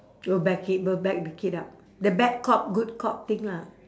go back him go back the kid up the bad cop good cop thing lah